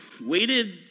waited